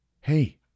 Hey